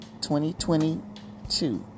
2022